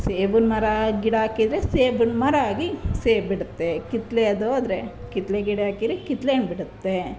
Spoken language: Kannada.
ಸೇಬಿನ ಮರ ಗಿಡ ಹಾಕಿದ್ರೆ ಸೇಬಿನ ಮರ ಆಗಿ ಸೇಬು ಬಿಡುತ್ತೆ ಕಿತ್ತಲೆ ಅದು ಅಂದರೆ ಕಿತ್ತಲೆ ಗಿಡ ಹಾಕಿದರೆ ಕಿತ್ತಲೆ ಹಣ್ಣು ಬಿಡುತ್ತೆ